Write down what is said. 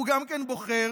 הוא גם כן בוחר